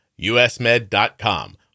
usmed.com